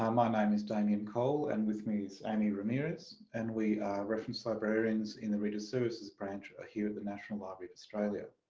um my name is damian cole and with me, amy ramires, and we are reference librarians in the reader services branch ah here at the national library of australia.